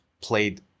played